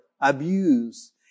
abuse